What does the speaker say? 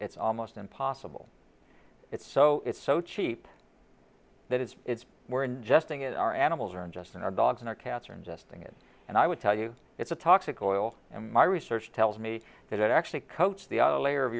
it's almost impossible it's so it's so cheap that it's it's more ingesting it our animals are just and our dogs in our cats are ingesting it and i would tell you it's a toxic oil and my research tells me that it actually coats the layer of